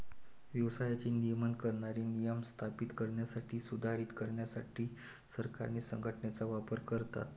व्यवसायाचे नियमन करणारे नियम स्थापित करण्यासाठी, सुधारित करण्यासाठी सरकारे संघटनेचा वापर करतात